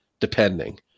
depending